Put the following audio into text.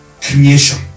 creation